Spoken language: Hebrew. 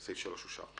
סעיף 3 אושר.